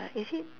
is it